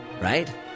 Right